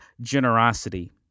generosity